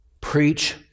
Preach